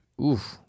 Oof